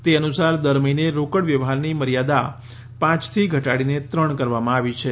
તે અનુસાર દર મહિને રોકડ વ્યવહારની મર્યાદા પાંચથી ઘટાડીને ત્રણ કરવામાં આવી છે